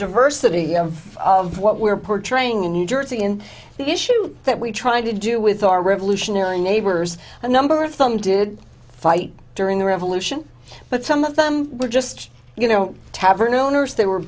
diversity of what we're portraying in new jersey and the issue that we're trying to do with our revolutionary neighbors a number of them did fight during the revolution but some of them were just you know tavern owners they were